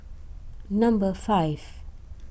number five